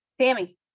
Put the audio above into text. Sammy